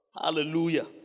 Hallelujah